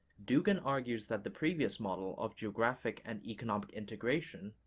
dugin argues that the previous model of geographic and economic integration,